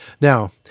Now